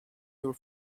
your